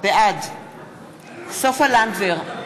בעד סופה לנדבר,